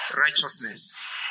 righteousness